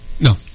No